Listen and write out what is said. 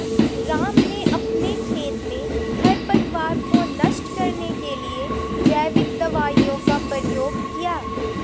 राम ने अपने खेत में खरपतवार को नष्ट करने के लिए जैविक दवाइयों का प्रयोग किया